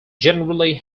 generally